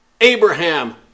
Abraham